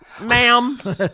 Ma'am